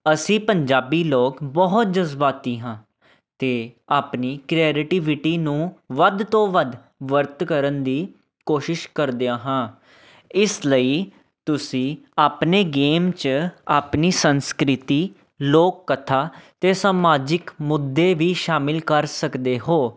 ਅਸੀਂ ਪੰਜਾਬੀ ਲੋਕ ਬਹੁਤ ਜਜ਼ਬਾਤੀ ਹਾਂ ਅਤੇ ਆਪਣੀ ਕ੍ਰੈਰਟੀਵਿਟੀ ਨੂੰ ਵੱਧ ਤੋਂ ਵੱਧ ਵਰਤ ਕਰਨ ਦੀ ਕੋਸ਼ਿਸ਼ ਕਰਦਿਆਂ ਹਾਂ ਇਸ ਲਈ ਤੁਸੀਂ ਆਪਣੇ ਗੇਮ 'ਚ ਆਪਣੀ ਸੰਸਕ੍ਰਿਤੀ ਲੋਕ ਕਥਾ ਅਤੇ ਸਮਾਜਿਕ ਮੁੱਦੇ ਵੀ ਸ਼ਾਮਿਲ ਕਰ ਸਕਦੇ ਹੋ